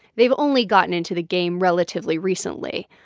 they've only gotten into the game relatively recently.